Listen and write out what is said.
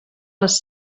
les